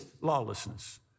lawlessness